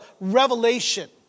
revelation